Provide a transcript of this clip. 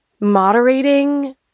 moderating